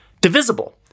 divisible